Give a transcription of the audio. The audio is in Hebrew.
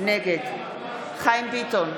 נגד חיים ביטון,